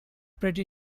pretty